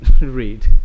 read